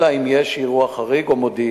אלא אם כן יש אירוע חריג או מודיעין,